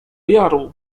jaru